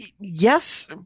Yes